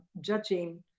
judging